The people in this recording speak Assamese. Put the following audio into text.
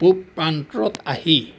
পূব প্ৰান্তত আহি